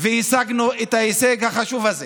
והשגנו את ההישג החשוב הזה.